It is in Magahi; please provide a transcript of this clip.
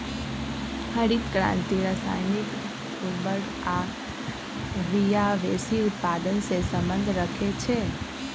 हरित क्रांति रसायनिक उर्वर आ बिया वेशी उत्पादन से सम्बन्ध रखै छै